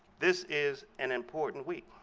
this is an important week.